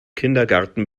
kindergarten